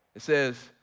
it says,